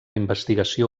investigació